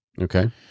Okay